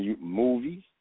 movies